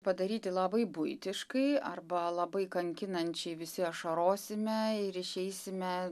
padaryti labai buitiškai arba labai kankinančiai visi ašarosime ir išeisime